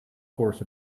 course